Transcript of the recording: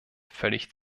völlig